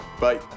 Bye